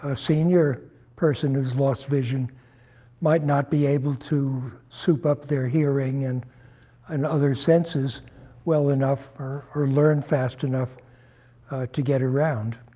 ah senior person who's lost vision might not be able to soup up their hearing and and other senses well enough or or learn fast enough to get around.